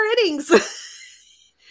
innings